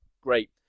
great